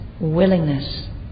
willingness